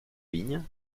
ligne